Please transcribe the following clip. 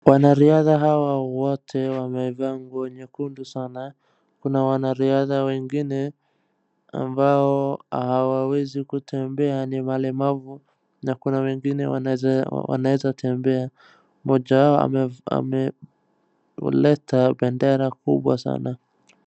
Wanariadha hawa wote wamevaa nguo nyekundu sana. Kuna wanariadha wengine ambao hawawezi kutembea ni walemavu, na kuna wengine wanaeza tembea. Mmoja wao ameleta bendera kubwa sana.